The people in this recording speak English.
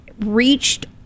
reached